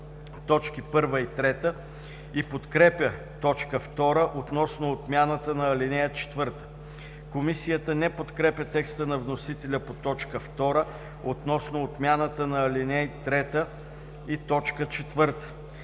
т. 1 и 3 и подкрепя т. 2 относно отмяната на ал. 4. Комисията не подкрепя текста на вносителя по т. 2 относно отмяната на ал. 3 и т. 4.